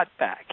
cutback